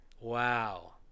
Wow